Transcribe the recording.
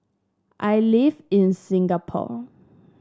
I live in Singapore